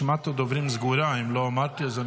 אינו נוכח, חבר הכנסת אושר שקלים, אינו נוכח,